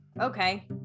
Okay